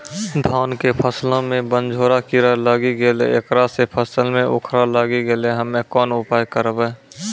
धान के फसलो मे बनझोरा कीड़ा लागी गैलै ऐकरा से फसल मे उखरा लागी गैलै हम्मे कोन उपाय करबै?